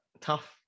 tough